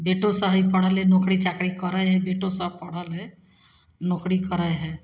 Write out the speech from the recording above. बेटोसभ हइ पढ़ले नोकरी चाकरी करै हइ बेटोसभ पढ़ल हइ नोकरी करै हइ